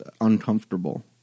uncomfortable